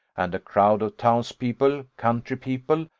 and a crowd of town's people, country people,